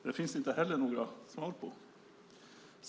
Det finns det inte heller några svar på.